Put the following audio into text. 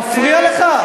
מפריע לך,